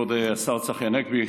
כבוד השר צחי הנגבי,